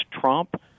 Trump